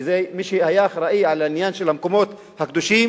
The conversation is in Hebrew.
כי מי שהיה אחראי לעניין של המקומות הקדושים